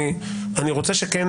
אני רוצה שכן